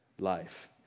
life